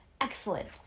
Excellent